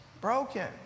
broken